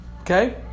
Okay